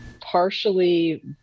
partially